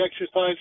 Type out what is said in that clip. exercise